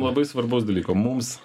labai svarbaus dalyko mums